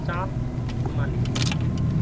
মালি